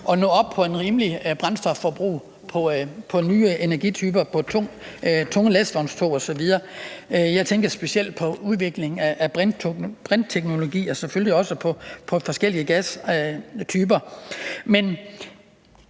nå op på et rimeligt brændstofforbrug på nye energityper på tunge lastvognstog osv. – jeg tænker specielt på udvikling af brintteknologi og selvfølgelig også på forskellige gastyper.